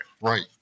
Right